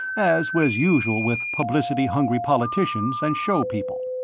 as was usual with publicity-hungry politicians and show people.